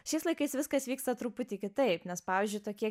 šiais laikais viskas vyksta truputį kitaip nes pavyzdžiui tokie